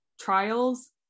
trials